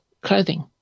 clothing